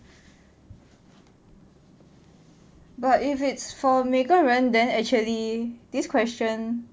but if it's for 每个人 then actually this question